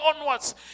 onwards